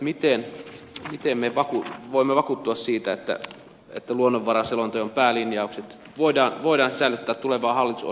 miten me voimme vakuuttua siitä että luonnonvaraselonteon päälinjaukset voidaan sisällyttää tulevaan hallitusohjelmaan